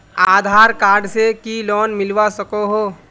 आधार card से की loan मिलवा सकोहो?